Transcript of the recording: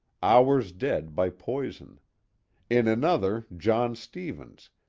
hours dead by poison in another john stevens,